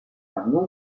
outre